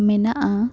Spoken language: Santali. ᱢᱮᱱᱟᱜᱼᱟ